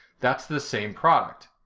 that's the same product.